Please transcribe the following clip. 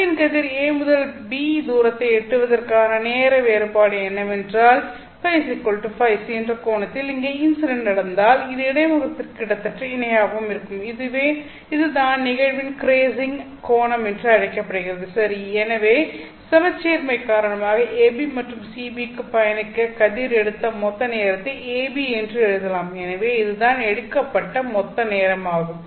ஒளியின் கதிர் A முதல் B தூரத்தை எட்டுவதற்கான நேர வேறுபாடு என்னவென்றால் φφc என்ற கோணத்தில் அங்கே இன்சிடென்ட் நடந்தால் இது இடைமுகத்திற்கு கிட்டத்தட்ட இணையாகவும் இருக்கும் இதுதான் நிகழ்வின் கிரேசிங் கோணம் என அழைக்கப்படுகிறது சரி எனவே சமச்சீர்மை காரணமாக AB மற்றும் CB க்கு பயணிக்க கதிர் எடுத்த மொத்த நேரத்தை AB இன்று எழுதலாம் எனவே இதுதான் எடுக்கப்பட்ட மொத்த நேரமாகும்